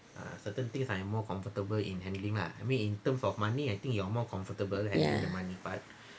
ya